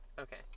Okay